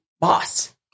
boss